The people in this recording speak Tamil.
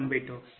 u